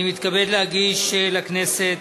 אני מתכבד להגיש לכנסת